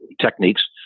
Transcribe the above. techniques